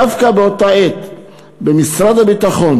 דווקא באותה עת במשרד הביטחון